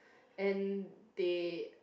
and they